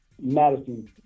Madison